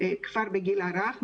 כבר בגיל הרך,